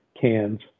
cans